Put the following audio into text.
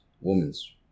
woman's